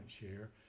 share